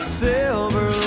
silver